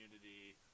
community